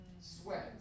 sweat